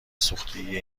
سوختگی